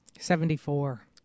Seventy-four